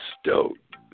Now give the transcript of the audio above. stoked